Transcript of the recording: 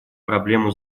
проблему